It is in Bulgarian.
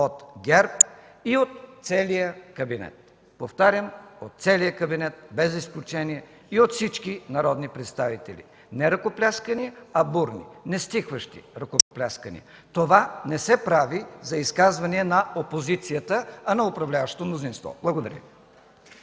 от ГЕРБ и от целия кабинет. Повтарям, от целия кабинет без изключение и от всички народни представители – не ръкопляскания, а бурни, нестихващи ръкопляскания. Това не се прави за изказвания на опозицията, а на управляващото мнозинство. Благодаря.